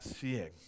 seeing